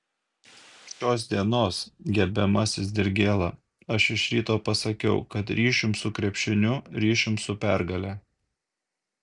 šios dienos gerbiamasis dirgėla aš iš ryto pasakiau kad ryšium su krepšiniu ryšium su pergale